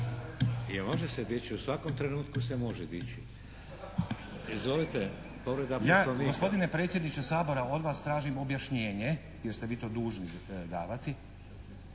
I može se dići, u svakom trenutku se može dići. Izvolite. Povreda Poslovnika. **Stazić, Nenad (SDP)** Ja gospodine predsjedniče Hrvatskoga sabora od vas tražim objašnjenje jer ste vi to dužni davati.